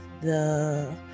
the-